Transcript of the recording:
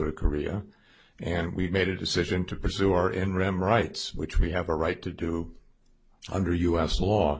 to korea and we made a decision to pursue our in ram rights which we have a right to do under u s law